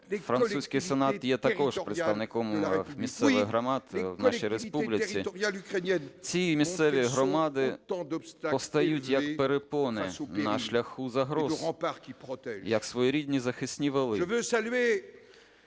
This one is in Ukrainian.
французький Сенат є також представником місцевих громад в нашій республіці, - ці місцеві громади постають як перепони на шляху загроз, як своєрідні захисні вали.